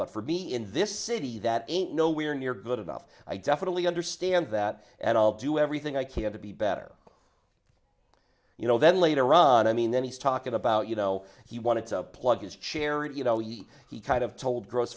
but for me in this city that ain't nowhere near good enough i definitely understand that and i'll do everything i can to be better you know then later ron i mean then he's talking about you know he wanted to plug his charity you know you he kind of told gross